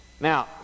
now